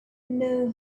know